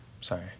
sorry